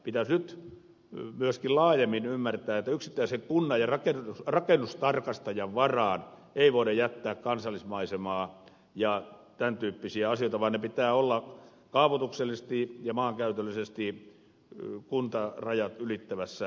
pitäisi nyt myöskin laajemmin ymmärtää että yksittäisen kunnan ja rakennustarkastajan varaan ei voida jättää kansallismaisemaa ja tämän tyyppisiä asioita vaan niiden pitää olla kaavoituksellisesti ja maankäytöllisesti kuntarajat ylittävässä arvioinnissa